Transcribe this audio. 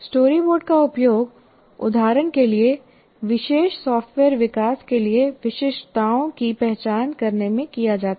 storyboard का उपयोग उदाहरण के लिए विशेष सॉफ्टवेयर विकास के लिए विशिष्टताओं की पहचान करने में किया जाता है